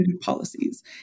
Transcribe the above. policies